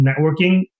networking